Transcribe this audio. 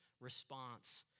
response